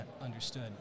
Understood